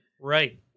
Right